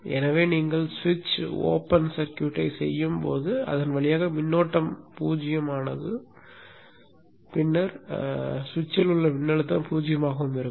எனவே நீங்கள் ஸ்விட்ச் ஓப்பன் சர்க்யூட்டைச் செய்யும் போது அதன் வழியாக மின்னோட்டமானது 0 ஆகவும் பின்னர் சுவிட்சில் உள்ள மின்னழுத்தம் 0 ஆகவும் இருக்கும்